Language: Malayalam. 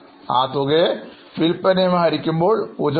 ആ തുകയെ വിൽപ്പനയുമായി ഹരിക്കുമ്പോൾ 0